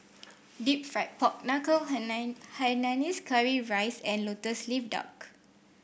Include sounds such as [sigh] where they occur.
deep fried Pork Knuckle [unintelligible] Hainanese Curry Rice and lotus leaf duck